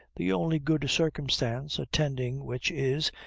the only good circumstance attending which is,